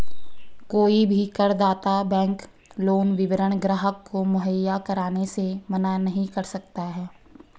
कोई भी करदाता बैंक लोन विवरण ग्राहक को मुहैया कराने से मना नहीं कर सकता है